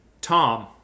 Tom